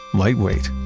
lightweight,